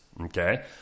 okay